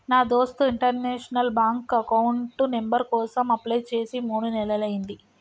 నా దోస్త్ international bank account number కోసం అప్లై చేసి మూడు నెలలయ్యింది